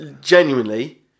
genuinely